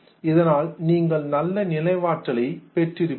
இதனால் நீங்கள் நல்ல நினைவாற்றலைப் பெற்று இருப்பீர்கள்